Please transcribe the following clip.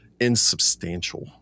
insubstantial